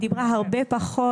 היא דיברה הרבה פחות.